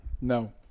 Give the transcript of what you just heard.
No